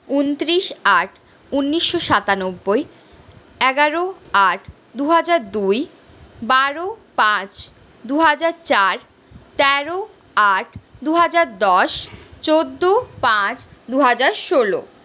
উনত্রিশ আট ঊনিশশো সাতানব্বই এগারো আট দুহাজার দুই বারো পাঁচ দুহাজার চার তেরো আট দুহাজার দশ চোদ্দো পাঁচ দুহাজার ষোলো